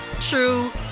true